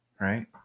Right